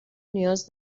نیاز